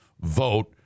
vote